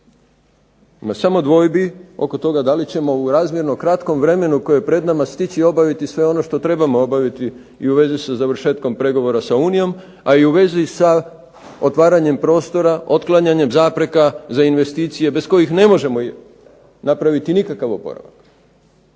ima samo dvojbi oko toga da li ćemo u razmjerno kratkom vremenu i u vezi sa završetkom pregovora sa Unijom, a i u vezi sa otvaranjem prostora, otklanjanjem zapreka za investicije bez kojih ne možemo napraviti nikakav oporavak.